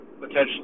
potentially